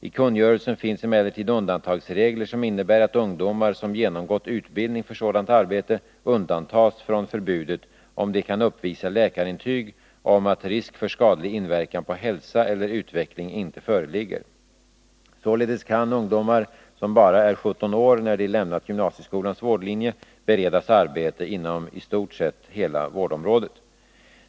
I kungörelsen finns emellertid undantagsregler som innebär att ungdomar som genomgått utbildning för sådant arbete undantas från förbudet om de kan uppvisa läkarintyg om att risk för skadlig inverkan på hälsa eller utveckling inte föreligger. Således kan ungdomar som bara är 17 år när de lämnat gymnasieskolans vårdlinje beredas arbete inom i stort sett hela vårdområdet.